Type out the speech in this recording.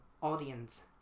Audience